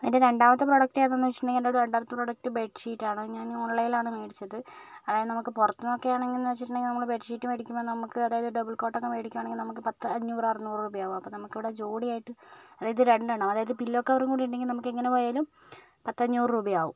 എൻ്റെ രണ്ടാമത്തെ പ്രോഡക്റ്റ് ഏതെന്ന് വെച്ചിട്ടുണ്ടെങ്കിൽ രണ്ടാമത്തെ ബെഡ് ഷീറ്റ് ആണ് ഞാൻ ഓൺലൈനിൽ ആണ് മേടിച്ചത് അത് നമുക്ക് പുറത്ത് നിന്നൊക്കെയാണെങ്കിലെന്ന് വെച്ചിട്ടുണ്ടെങ്കിൽ ബെഡ് ഷീറ്റ് മേടിക്കുമ്പോൾ നമുക്ക് അതായത് ഡബിൾ കോട്ടക്കെ മേടിക്കുകയാണെങ്കിൽ പത്തഞ്ഞൂറ് അറുന്നൂറ് രൂപയാകും അപ്പോൾ നമുക്ക് ഇവിടെ ജോഡിയായിട്ട് അതായത് രണ്ടെണ്ണം പില്ലോ കവർ കൂടി ഉണ്ടെങ്കിൽ നമുക്ക് എങ്ങനെ പോയാലും പത്തഞ്ഞൂറ് രൂപയാകും